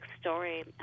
story